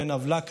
בן עוולה,